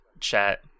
chat